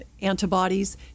antibodies